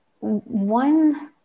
one